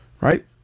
right